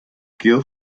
keel